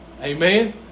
Amen